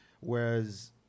Whereas